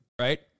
right